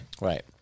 Right